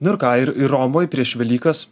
nu ir ką ir ir romoj prieš velykas